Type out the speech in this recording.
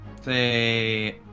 say